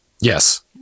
Yes